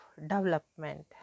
Development